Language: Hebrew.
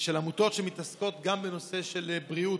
של עמותות שמתעסקות גם בנושא של בריאות,